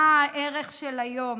מה הערך של היום.